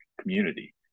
community